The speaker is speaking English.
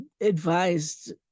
advised